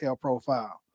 profile